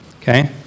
Okay